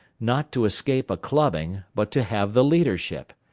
not to escape a clubbing, but to have the leadership.